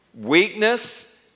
Weakness